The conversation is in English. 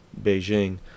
Beijing